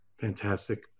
Fantastic